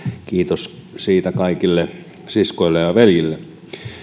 kiitos siitä kaikille siskoille ja ja veljille